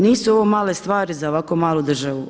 Nisu ovo male stvari za ovako malu državu.